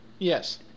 Yes